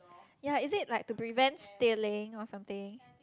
yea is it like to prevent stealing or something